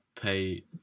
pay